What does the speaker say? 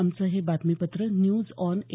आमचं हे बातमीपत्र न्यूज ऑन ए